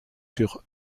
sur